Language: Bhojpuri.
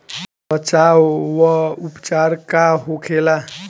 बचाव व उपचार का होखेला?